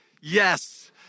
yes